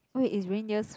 wait is reindeer's